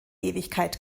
ewigkeit